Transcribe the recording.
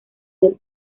del